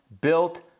built